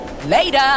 later